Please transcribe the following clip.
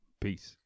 peace